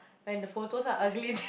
and the photos are ugly